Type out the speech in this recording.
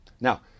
Now